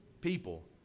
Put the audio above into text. people